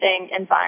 environment